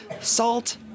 salt